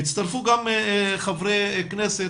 הצטרפו גם חברי כנסת,